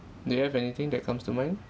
do you have anything that comes to mind